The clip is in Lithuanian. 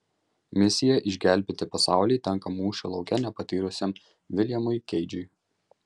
misija išgelbėti pasaulį tenka mūšio lauke nepatyrusiam viljamui keidžui